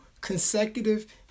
consecutive